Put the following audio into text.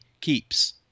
keeps